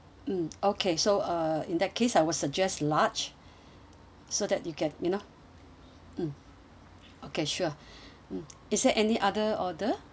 mm okay so uh in that case I will suggest large so that you get you know mm okay sure mm is there any other order